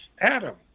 Adam